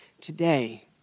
today